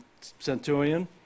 centurion